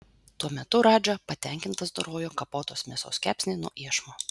tuo metu radža patenkintas dorojo kapotos mėsos kepsnį nuo iešmo